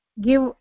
give